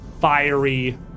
fiery